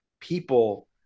people